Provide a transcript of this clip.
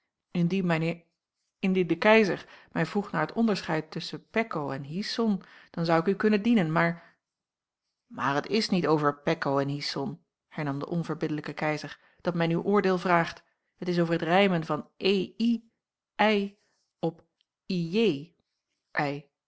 indien mijn h indien de keizer mij vroeg naar t onderscheid tusschen pecco en hyson dan zou ik u kunnen dienen maar maar het is niet over pecco en hyson hernam de onverbiddelijke keizer dat men uw oordeel vraagt het is over het rijmen van e